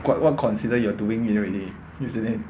what what consider you are doing it already you saying